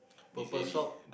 purple sock